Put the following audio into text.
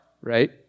right